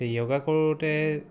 য়োগা কৰোঁতে